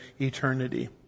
eternity